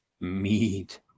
meat